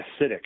acidic